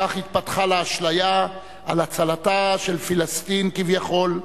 כך התפתחה לה אשליה על הצלתה של פלסטין, כביכול,